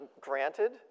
Granted